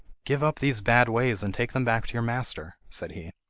give up these bad ways and take them back to your master said he.